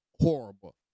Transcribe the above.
horrible